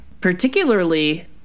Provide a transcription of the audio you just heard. Particularly